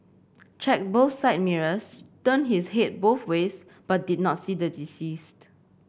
checked both side mirrors turned his head both ways but did not see the deceased